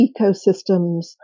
ecosystems